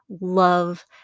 love